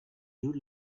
you